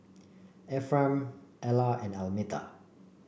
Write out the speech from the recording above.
Ephraim Ella and Almeta